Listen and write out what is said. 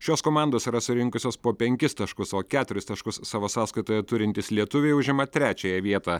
šios komandos yra surinkusios po penkis taškus o keturis taškus savo sąskaitoje turintys lietuviai užima trečiąją vietą